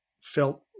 felt